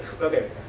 okay